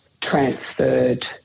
transferred